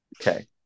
Okay